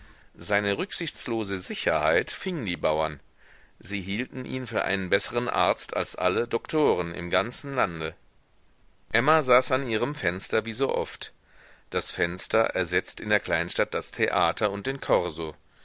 seine rücksichtslose sicherheit fing die bauern sie hielten ihn für einen besseren arzt als alle doktoren im ganzen lande emma saß an ihrem fenster wie so oft das fenster ersetzt in der kleinstadt das theater und den korso